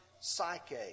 psyche